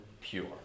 pure